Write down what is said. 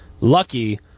Lucky